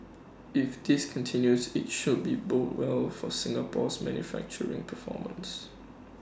if this continues IT should be bode well for Singapore's manufacturing performance